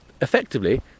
Effectively